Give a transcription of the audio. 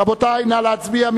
רבותי, נא להצביע.